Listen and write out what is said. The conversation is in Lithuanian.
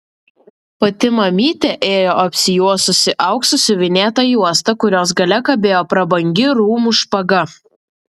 pati mamytė ėjo apsijuosusi auksu siuvinėta juosta kurios gale kabėjo prabangi rūmų špaga